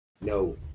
no